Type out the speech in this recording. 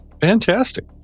Fantastic